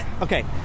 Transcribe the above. okay